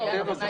זה היה תנאי סף.